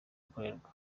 ikorerwa